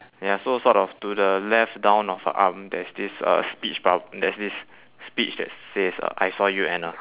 ya so sort of to the left down of her arm there's this uh speech bub~ there's this speech that says uh I saw you anna